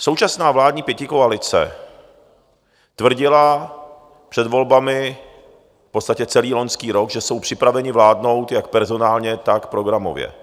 Současná vládní pětikoalice tvrdila před volbami, v podstatě celý loňský rok, že jsou připraveni vládnout jak personálně, tak programově.